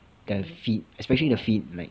the feet especially the feet like